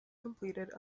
completed